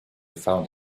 found